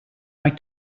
mae